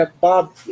Bob